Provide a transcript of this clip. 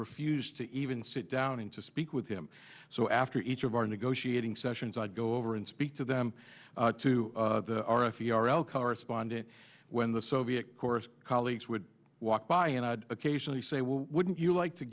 refused to even sit down and to speak with him so after each of our negotiating sessions i'd go over and speak to them to r f e r l correspondent when the soviet course colleagues would walk by and i'd occasionally say well wouldn't you like to